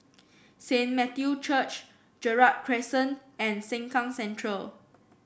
Saint Matthew Church Gerald Crescent and Sengkang Central